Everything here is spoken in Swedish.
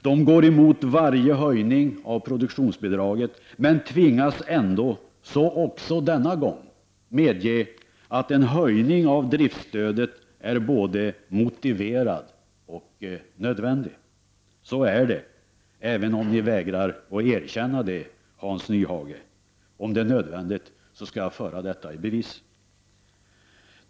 De går emot varje höjning av produktionsbidraget. Man tvingas ändå, så också denna gång, medge att en höjning av driftsstödet är både motiverad och nödvändig. Så är det, även om ni vägrar att erkänna det, Hans Nyhage. Om det är nödvändigt, skall jag föra detta i bevis.